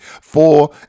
four